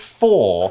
four